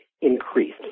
increased